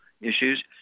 issues